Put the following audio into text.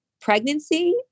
Pregnancy